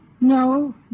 No